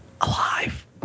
alive